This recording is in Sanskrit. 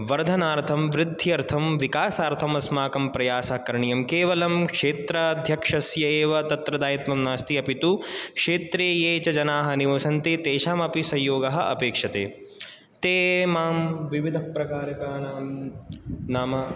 वर्धनार्थं वृद्ध्यर्थं विकासार्थं अस्माकं प्रयासः करणीयं केवलं क्षेत्राध्यक्षस्यैव तत्र दायित्वं नास्ति अपि तु क्षेत्रे ये च जनाः निवसन्ति तेषामपि सहयोगः अपेक्षते ते माम् विविध प्रकारकाणां नाम